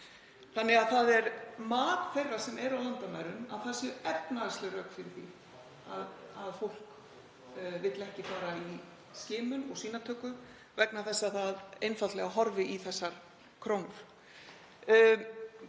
Það er mat þeirra sem eru á landamærum að það séu efnahagsleg rök fyrir því að fólk vill ekki fara í skimun og sýnatöku vegna þess að það horfi einfaldlega í þessar krónur.